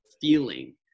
feeling